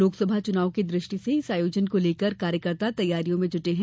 लोकसभा चुनाव की दृष्टि से इस आयोजन को लेकर कार्यकर्ता तैयारियां में जुटे है